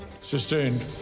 Sustained